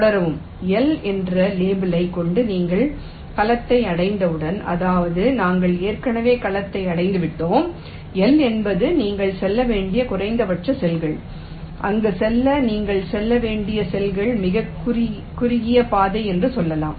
தொடரவும் L என்ற லேபிளைக் கொண்டு நீங்கள் கலத்தை அடைந்தவுடன் அதாவது நாங்கள் ஏற்கனவே கலத்தை அடைந்துவிட்டோம் L என்பது நீங்கள் செல்ல வேண்டிய குறைந்தபட்ச செல்கள் அங்கு செல்ல நீங்கள் செல்ல வேண்டிய செல்கள் மிகக் குறுகிய பாதை என்று சொல்லலாம்